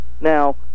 Now